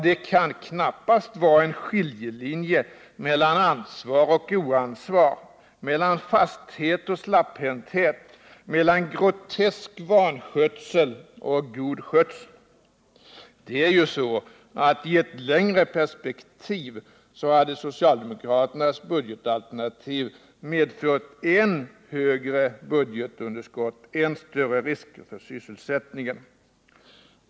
Det kan knappast vara en skiljelinje mellan ansvar och oansvar, mellan fasthet och slapphänthet, mellan vanskötsel och god skötsel. Det är ju så att i ett längre perspektiv hade socialdemokraternas budgetalternativ medfört än högre budgetunderskott och än större risker för sysselsättningen.